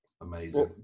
amazing